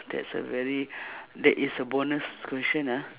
that's a very that is a bonus question ah